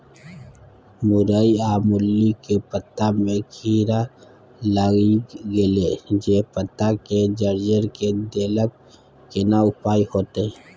मूरई आ मूली के पत्ता में कीरा लाईग गेल जे पत्ता के जर्जर के देलक केना उपाय होतय?